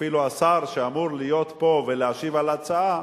אפילו השר שאמור להיות פה ולהשיב על ההצעה,